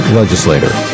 legislator